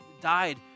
died